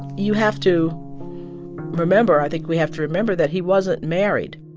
you have to remember i think we have to remember that he wasn't married.